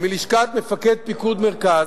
מלשכת מפקד פיקוד מרכז,